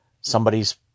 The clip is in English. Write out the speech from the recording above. somebody's